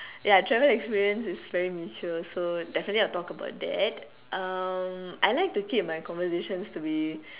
ya travel experience is very mutual so definitely I'll talk about that um I like to keep my conversations to be